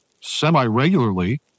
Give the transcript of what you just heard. semi-regularly